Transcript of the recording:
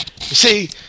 see